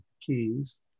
keys